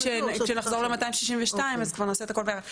כשנחזור ל-262 אז כבר נעשה את הכל ביחד.